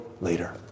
later